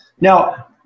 Now